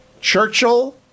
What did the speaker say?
Churchill